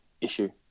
issue